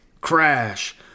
Crash